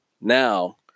now